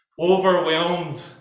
Overwhelmed